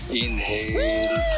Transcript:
inhale